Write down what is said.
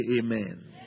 Amen